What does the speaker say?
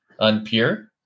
unpure